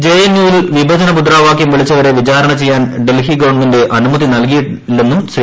JNU വിൽ വിഭജന മുദ്രാവാകൃം വിളിച്ചവരെ വിചാരണ ചെയ്യാൻ ഡൽഹി ഗവൺമെന്റ് അനുമതി നൽകിയില്ലെന്നും ശ്രീ